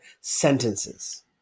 sentences